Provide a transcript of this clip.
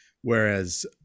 whereas